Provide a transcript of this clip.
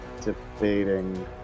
debating